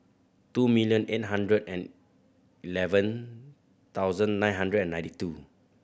two million eight hundred and eleven thousand nine hundred and ninety two